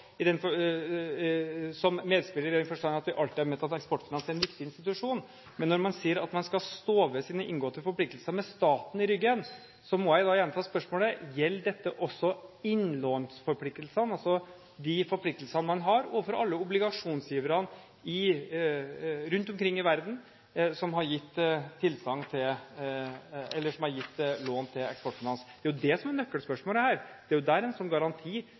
i den forstand at vi alltid har ment at Eksportfinans er en viktig institusjon. Men når man sier at man skal stå ved sine inngåtte forpliktelser med staten i ryggen, må jeg gjenta spørsmålet: Gjelder dette også innlånsforpliktelsene, altså de forpliktelsene man har overfor alle obligasjonsgiverne rundt omkring i verden som har gitt lån til Eksportfinans? Det er jo det som er nøkkelspørsmålet her. Det er jo der en sånn garanti vil komme inn i bildet. Når det gjelder utlån til bedriftene, vil overgangsordningen fullt ut sørge for den kapitalen som